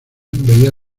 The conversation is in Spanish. veía